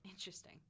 interesting